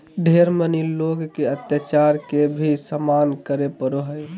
ढेर मनी लोग के अत्याचार के भी सामना करे पड़ो हय